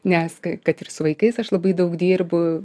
nes ka kad ir su vaikais aš labai daug dirbu